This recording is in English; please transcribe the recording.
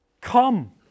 come